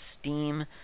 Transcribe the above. Steam